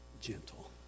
gentle